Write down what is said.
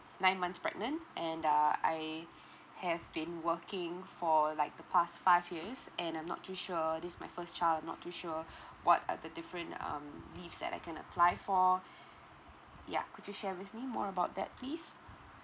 nine months pregnant and uh I have been working for like the past five years and I'm not too sure this my first child not too sure what are the different um leave that I can apply for yeah could you share with me more about that please